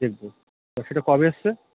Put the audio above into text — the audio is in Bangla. দেখবো তা সেটা কবে এসেছে